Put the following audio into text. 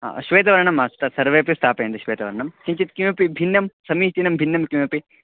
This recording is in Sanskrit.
हा श्वेतवर्णं मास्तु तत् सर्वेपि स्थापयन्ति श्वेतवर्णं किञ्चित् किमपि भिन्नं समीचीनं भिन्नं किमपि